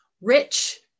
rich